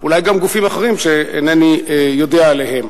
אולי גם גופים אחרים שאיני יודע עליהם.